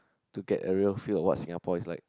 to get a real feel what Singapore is like